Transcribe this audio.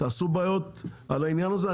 תעשו בעיות על העניין הזה,